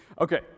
Okay